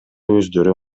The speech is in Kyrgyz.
өздөрү